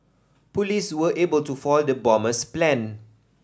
police were able to foil the bomber's plan